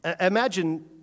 Imagine